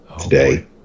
today